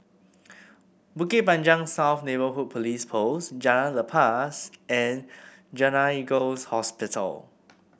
Bukit Panjang South Neighbourhood Police Post Jalan Lepas and Gleneagles Hospital